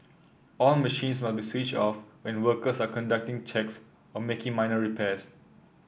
all machines must be switched off when workers are conducting checks or making minor repairs